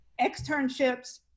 externships